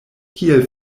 kiel